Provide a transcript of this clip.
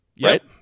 Right